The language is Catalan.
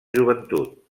joventut